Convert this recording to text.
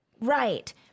Right